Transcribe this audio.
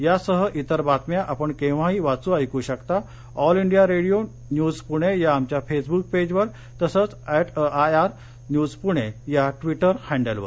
यासह तिर बातम्या आपण केव्हाही वाचू ऐकू शकता All India Radio news Pune या आमच्या फेसबुक पेजवर तसंच at A I R news Pune या ट्विटर हॅडलवर